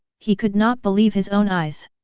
he could not believe his own eyes.